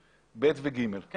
כן,